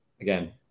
again